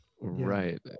Right